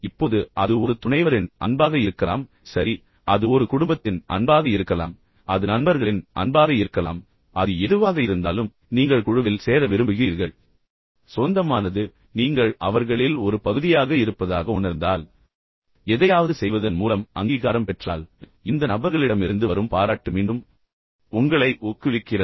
இப்போது அது ஒரு துணைவரின் அன்பாக இருக்கலாம் சரி அது ஒரு குடும்பத்தின் அன்பாக இருக்கலாம் அது நண்பர்களின் அன்பாக இருக்கலாம் அது எதுவாக இருந்தாலும் நீங்கள் குழுவில் சேர விரும்புகிறீர்கள் சொந்தமானது எனவே நீங்கள் அவர்களில் ஒரு பகுதியாக இருப்பதாக உணர்ந்தால் பின்னர் எதையாவது செய்வதன் மூலம் அங்கீகாரம் பெற்றால் பின்னர் இந்த நபர்களிடமிருந்து வரும் பாராட்டு மீண்டும் உங்களை ஊக்குவிக்கிறது